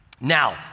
Now